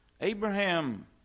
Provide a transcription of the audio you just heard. Abraham